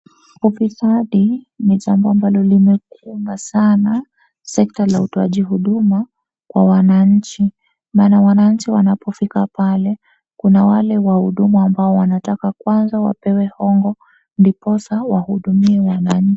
Ufisadi ni jambo ambalo limepinga sana sekta la utoaji huduma kwa wananchi. Maana wananchi wanapofika pale, kuna wale wahudumu ambao wanataka kwanza wapewe hongo ndiposa wahudumiwe wanan.